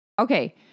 Okay